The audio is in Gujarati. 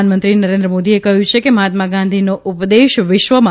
પ્રધાનમંત્રી નરેન્દ્ર મોદીએ કહ્યુ છે કે મહાત્મા ગાંધીનો ઉપ દેશ વિશ્વમાં